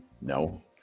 no